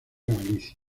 galicia